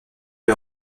est